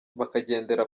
bakagendera